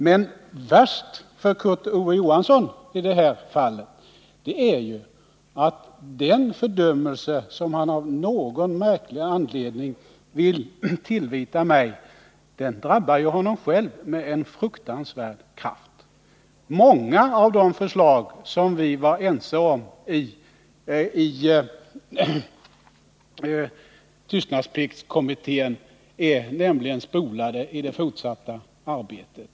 Men värst för Kurt Ove Johansson i det här fallet är ju att den fördömelse som han av någon märklig anledning vill tillvita mig drabbar honom själv med oerhörd kraft. Många av de förslag som vi var ense om i tystnadspliktskom mittén har nämligen blivit ”spolade” i det fortsatta arbetet.